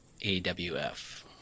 AWF